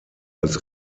als